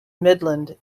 midland